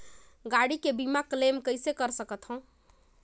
गाड़ी के बीमा क्लेम कइसे कर सकथव?